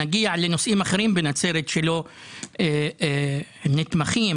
נגיע לנושאים שלא נתמכים,